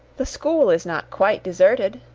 the school is not quite deserted,